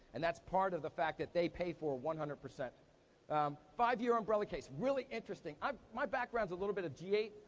and that's part of the fact that they pay for one hundred. five-year umbrella case. really interesting. um my background's a little bit of g eight.